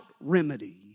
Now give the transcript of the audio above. remedy